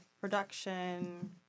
production